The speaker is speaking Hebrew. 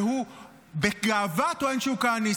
והוא בגאווה טוען שהוא כהניסט.